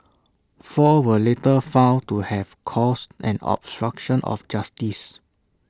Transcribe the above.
four were later found to have caused an obstruction of justice